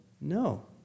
No